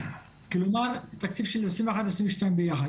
כלומר לתקציב של 2021 ו-2022 ביחד,